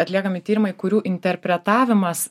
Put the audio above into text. atliekami tyrimai kurių interpretavimas